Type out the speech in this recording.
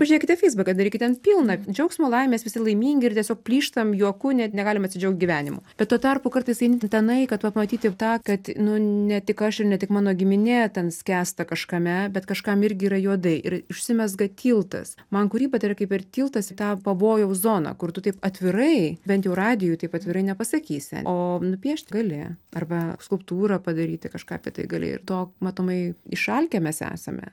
pažiūrėkite feisbuke taigi ten pilna džiaugsmo laimės visi laimingi ir tiesiog plyštam juoku net negalim atsidžiaugti gyvenimu bet tuo tarpu kartais einie tenai kad pamatyti tą kad nu ne tik aš ir ne tik mano giminė ten skęsta kažkame bet kažkam irgi yra juodai ir užsimezga tiltas man kūryba tai yra kaip ir tiltas į tą pavojaus zoną kur tu taip atvirai bent jau radijuj taip atvirai nepasakysi o nupiešt gali arba skulptūrą padaryti kažką apie tai gali ir to matomai išalkę mes esame